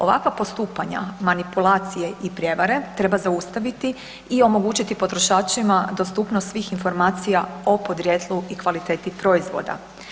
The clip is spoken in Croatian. Ovakva postupanja manipulacije i prijevare treba zaustaviti i omogućiti potrošačima dostupnost svih informacija o podrijetlu i kvaliteti proizvoda.